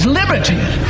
liberty